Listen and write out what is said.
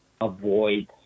Avoid